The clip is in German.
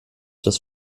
das